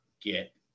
get